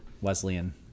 Wesleyan